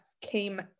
came